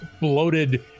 bloated